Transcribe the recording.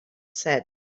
said